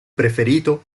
preferito